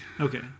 Okay